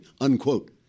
unquote